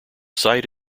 site